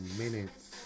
minutes